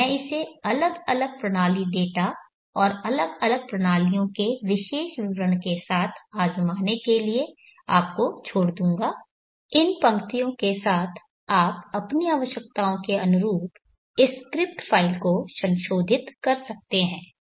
मैं इसे अलग अलग प्रणाली डेटा और अलग अलग प्रणालियों के विशेष विवरण के साथ आज़माने के लिए आपको छोड़ दूंगा इन पंक्तियों के साथ आप अपनी आवश्यकताओं के अनुरूप इस स्क्रिप्ट फ़ाइल को संशोधित कर सकते हैं